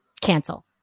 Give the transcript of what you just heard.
cancel